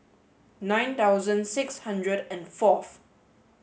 nine thousand six hundred and fourth